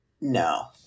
No